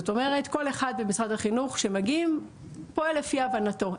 כל אחד במשרד החינוך כשמגיעים פועל לפי הבנתנו.